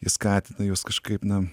jie skatina juos kažkaip na